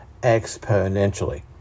exponentially